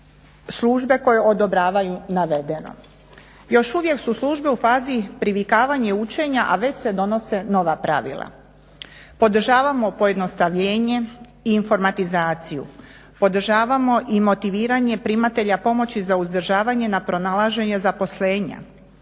službe koje odobravaju navedeno. Još uvijek su službe u fazi privikavanja i učenja a već se donose nova pravila. Podržavamo pojednostavljenje i informatizaciju, podržavamo i motiviranje primatelja pomoći za uzdržavanje na pronalaženju zaposlenja.